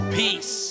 peace